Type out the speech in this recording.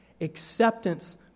Acceptance